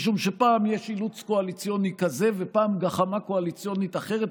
משום שאם יש אילוץ קואליציוני כזה וגחמה קואליציונית אחרת,